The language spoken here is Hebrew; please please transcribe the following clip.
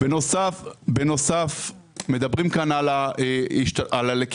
בנוסף מדברים כאן על הלקיחה.